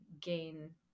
gain